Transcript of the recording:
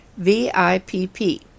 VIPP